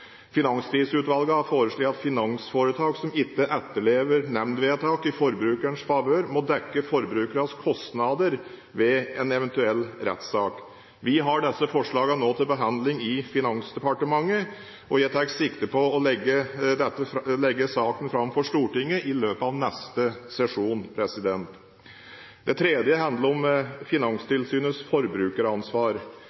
har foreslått at finansforetak som ikke etterlever nemndvedtak i forbrukerens favør, må dekke forbrukerens kostnader ved en eventuell rettssak. Vi har nå disse forslagene til behandling i Finansdepartementet, og jeg tar sikte på å legge saken fram for Stortinget i løpet av neste sesjon. Det tredje forslaget handler om